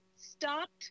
stopped